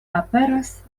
aperas